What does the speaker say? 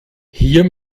hier